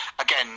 again